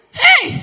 hey